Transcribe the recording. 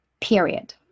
period